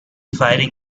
firing